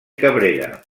cabrera